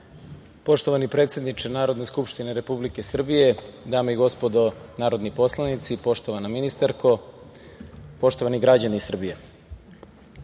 predsedniče Narodne skupštine Republike Srbije, dame i gospodo narodni poslanici, poštovana ministarko, poštovani građani Srbije,